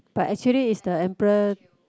but actually is the emperor